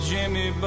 Jimmy